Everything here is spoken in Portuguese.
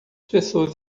pessoas